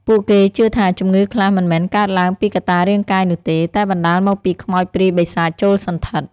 ពួកគេជឿថាជំងឺខ្លះមិនមែនកើតឡើងពីកត្តារាងកាយនោះទេ តែបណ្តាលមកពីខ្មោចព្រាយបិសាចចូលសណ្ឋិត។